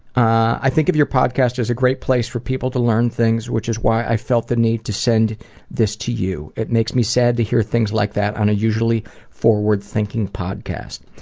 i think of your podcast as a great place for people to learn things, which is why i felt the need to send this to you. it makes me sad to hear things like that on a usually forward-thinking podcast.